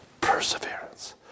perseverance